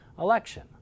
election